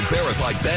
Verified